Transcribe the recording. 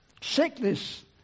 Sickness